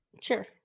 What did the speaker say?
Sure